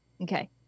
Okay